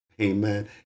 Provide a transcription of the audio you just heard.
Amen